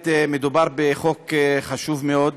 באמת מדובר בחוק חשוב מאוד,